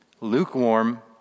Lukewarm